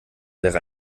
wäre